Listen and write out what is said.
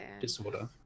disorder